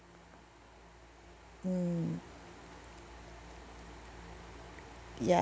mm ya